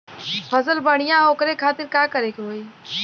फसल बढ़ियां हो ओकरे खातिर का करे के होई?